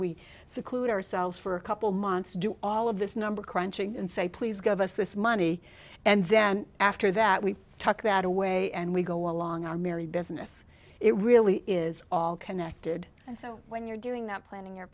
we seclude ourselves for a couple months do all of this number crunching and say please give us this money and then after that we took that away and we go along our merry business it really is all connected and so when you're doing that planning you